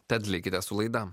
tad likite su laida